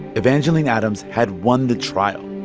evangeline adams had won the trial.